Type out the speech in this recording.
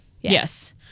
Yes